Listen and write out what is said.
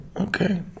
okay